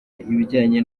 ibijyanye